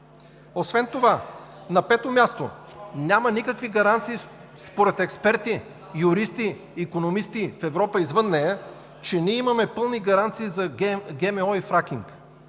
които имат. На пето място, няма никакви гаранции според експерти, юристи, икономисти в Европа и извън нея, че ние имаме пълни гаранции за ГМО и фракинг.